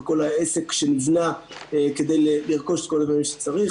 עם כל העסק שנבנה כדי לרכוש את כל הדברים שצריך.